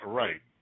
right